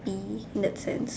~py in that sense